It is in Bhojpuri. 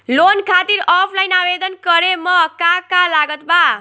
लोन खातिर ऑफलाइन आवेदन करे म का का लागत बा?